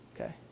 Okay